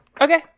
okay